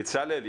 בצלאל,